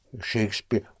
Shakespeare